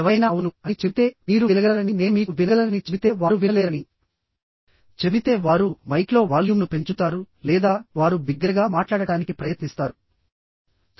ఎవరైనా అవును అని చెబితే మీరు వినగలరని నేను మీకు వినగలనని చెబితే వారు వినలేరని చెబితే వారు మైక్లో వాల్యూమ్ను పెంచుతారు లేదా వారు బిగ్గరగా మాట్లాడటానికి ప్రయత్నిస్తారు